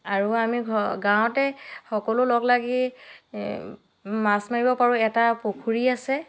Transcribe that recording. আৰু আমি ঘঅ গাঁৱতে সকলো লগ লাগি মাছ মাৰিব পাৰোঁ এটা পুখুৰী আছে